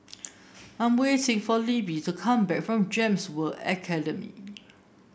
I'm waiting for Libbie to come back from Gems World Academy